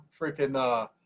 freaking